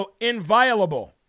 inviolable